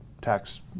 tax